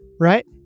right